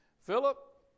Philip